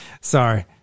Sorry